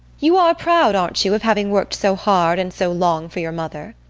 you are proud, aren't you, of having worked so hard and so long for your mother?